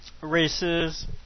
races